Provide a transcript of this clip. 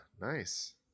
nice